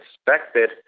suspected